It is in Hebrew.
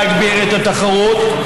להגביר את התחרות,